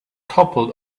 toppled